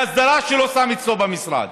בהסדרה שלו, שם אצלו במשרד